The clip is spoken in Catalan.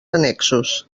annexos